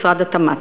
משרד התמ"ת.